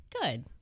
Good